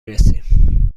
رسیم